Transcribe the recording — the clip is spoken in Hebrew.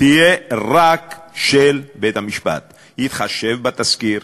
תהיה רק של בית-המשפט, יתחשב בתסקיר,